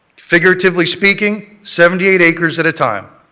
figuratively speaking, seventy eight acres at a time.